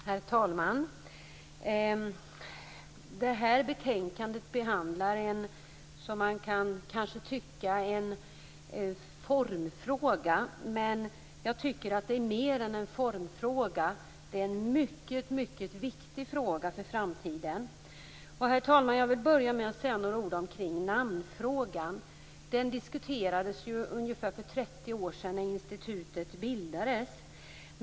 Herr talman! Det här betänkandet behandlar en som man kanske kan tycka formfråga. Men jag tycker att det är mer än en formfråga. Det är en mycket viktig fråga för framtiden. Herr talman! Jag vill börja med att säga några ord om namnfrågan. Den diskuterades för ungefär 30 år sedan när institutet bildades.